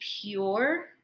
pure